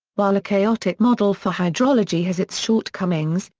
while a chaotic model for hydrology has its shortcomings,